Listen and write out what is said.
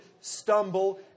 stumble